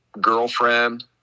girlfriend